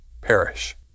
perish